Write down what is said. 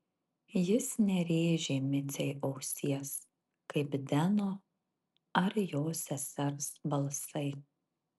jis nerėžė micei ausies kaip deno ar jo sesers balsai